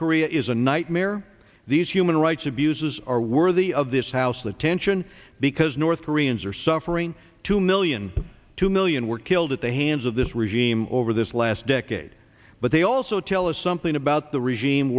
korea is a nightmare these human rights abuses are worthy of this house the tension because north koreans are suffering two million two million were killed at the hands of this regime over this last decade but they also tell us something about the regime